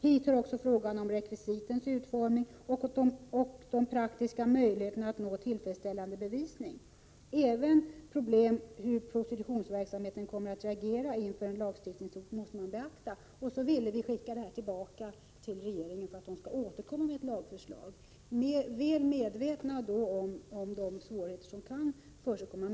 Hit hör också frågan om rekvisitens utformning och de praktiska möjligheterna att nå tillfredsställande bevisning. Även problem rörande hur prostitutionsverksamheten kommer att reagera inför en lagstiftning måste beaktas. Detta ville vi skicka tillbaka till regeringen för att de skulle återkomma med ett lagförslag. Vi är medvetna om de svårigheter som kan förekomma.